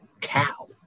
cow